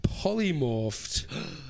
polymorphed